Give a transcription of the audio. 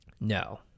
No